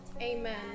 Amen